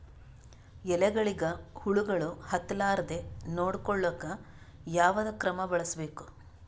ಎಲೆಗಳಿಗ ಹುಳಾಗಳು ಹತಲಾರದೆ ನೊಡಕೊಳುಕ ಯಾವದ ಕ್ರಮ ಬಳಸಬೇಕು?